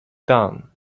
done